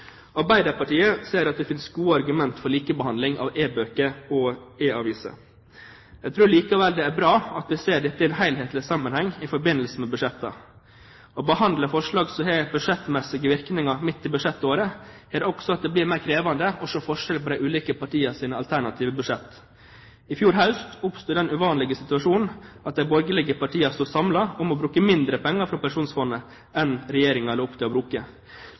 Arbeiderpartiet ser at det finnes gode argumenter for likebehandling av e-bøker og e-aviser. Jeg tror likevel det er bra at vi ser dette i en helhetlig sammenheng i forbindelse med budsjettet. Å behandle et forslag som har budsjettmessige virkninger midt i budsjettåret, gjør også at det blir mer krevende å se forskjell på partienes alternative budsjetter. I fjor høst oppsto den uvanlige situasjon at de borgerlige partiene sto samlet om å bruke mindre penger fra Pensjonsfondet enn Regjeringen la opp til å bruke.